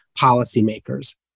policymakers